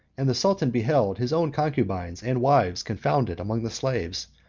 and the sultan beheld his own concubines and wives confounded among the slaves,